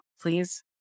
please